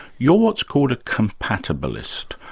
you're what's called a compatibilist.